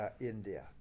India